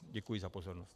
Děkuji za pozornost.